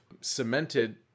cemented